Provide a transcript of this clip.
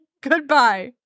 Goodbye